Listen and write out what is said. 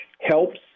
helps